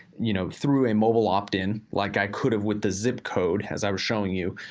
you know, through a mobile opt-in, like i could of with the zip code as i was showing you.